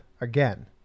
again